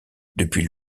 depuis